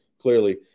Clearly